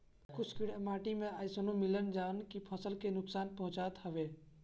कुछ कीड़ा माटी में अइसनो मिलेलन जवन की फसल के नुकसान पहुँचावत हवे